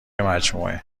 مجموعه